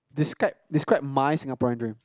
describe describe my Singaporean dream